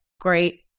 great